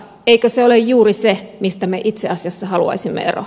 eikö se ole juuri se mistä me itse asiassa haluaisimme eroon